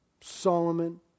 Solomon